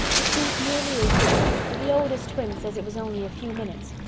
it seemed nearly a year but the oldest twin says it was only a few minutes.